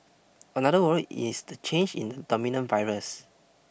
another worry is the change in the dominant virus